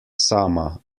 sama